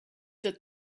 that